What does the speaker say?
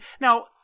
Now